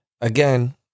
Again